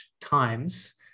times